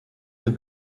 have